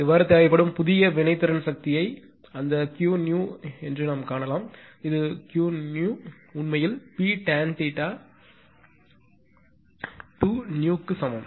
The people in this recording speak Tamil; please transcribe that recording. இவ்வாறு தேவைப்படும் புதிய வினைத்திறன் சக்தியை அந்த Qnew என காணலாம் இது Qnew உண்மையில் P tan 22new க்கு சமம்